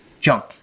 junk